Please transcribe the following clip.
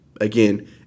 Again